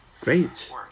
great